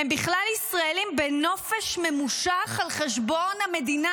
הם בכלל ישראלים בנופש ממושך על חשבון המדינה,